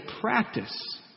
practice